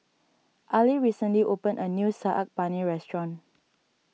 Ali recently opened a new Saag Paneer restaurant